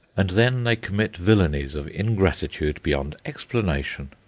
and then they commit villanies of ingratitude beyond explanation.